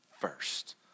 first